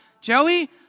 Joey